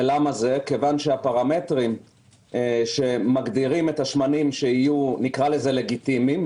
כי הפרמטרים שמגדירים את השמנים שיהיו לגיטימיים,